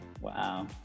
Wow